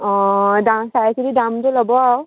অঁ দাম চাই চিটি দামটো ল'ব আৰু